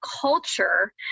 culture